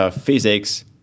physics